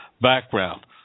background